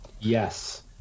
Yes